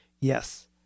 yes